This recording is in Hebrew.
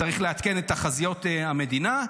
צריך לעדכן את תחזיות המדינה,